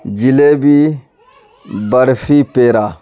jalebi barfi پیڑا